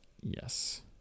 yes